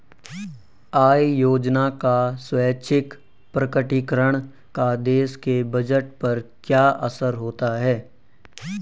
आय योजना का स्वैच्छिक प्रकटीकरण का देश के बजट पर क्या असर होता है?